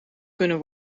kunnen